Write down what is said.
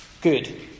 good